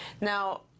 Now